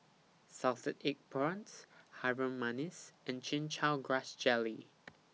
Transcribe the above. Salted Egg Prawns Harum Manis and Chin Chow Grass Jelly